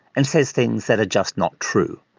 and says things that are just not true.